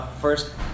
first